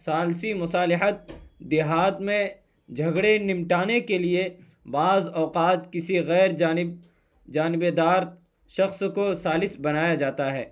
ثالثی مصالحت دیہات میں جھگڑے نمٹانے کے لیے بعض اوقات کسی غیر جانب جانب دار شخص کو ثالث بنایا جاتا ہے